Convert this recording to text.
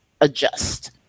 adjust